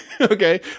Okay